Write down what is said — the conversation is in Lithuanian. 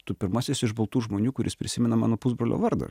tu pirmasis iš baltų žmonių kuris prisimena mano pusbrolio vardą